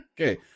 Okay